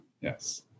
yes